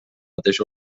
mateix